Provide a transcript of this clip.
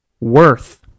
worth